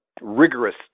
rigorous